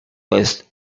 list